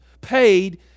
paid